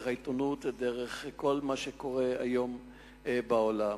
דרך העיתונות ודרך כל מה שקורה היום בעולם.